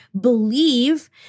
believe